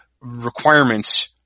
requirements